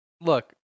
Look